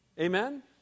Amen